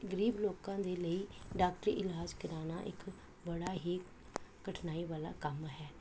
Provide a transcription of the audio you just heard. ਗਰੀਬ ਲੋਕਾਂ ਦੇ ਲਈ ਡਾਕਟਰੀ ਇਲਾਜ ਕਰਵਾਉਣਾ ਇੱਕ ਬੜਾ ਹੀ ਕਠਿਨਾਈ ਵਾਲਾ ਕੰਮ ਹੈ